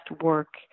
work